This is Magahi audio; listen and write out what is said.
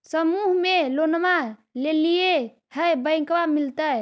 समुह मे लोनवा लेलिऐ है बैंकवा मिलतै?